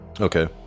okay